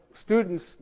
students